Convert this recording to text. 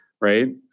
right